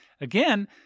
again